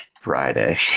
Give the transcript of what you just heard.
Friday